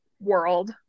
world